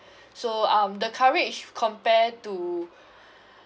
so um the coverage compare to